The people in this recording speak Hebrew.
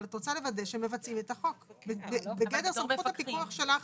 אבל את רוצה לוודא שהם מבצעים את החוק בגדר סמכות הפיקוח שלך.